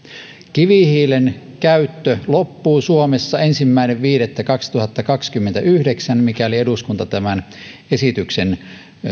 kivihiilen käyttö loppuu suomessa ensimmäinen viidettä kaksituhattakaksikymmentäyhdeksän mikäli eduskunta tämän esityksen